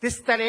תסתלק.